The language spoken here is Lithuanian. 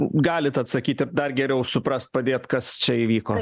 galit atsakyti dar geriau suprast padėt kas čia įvyko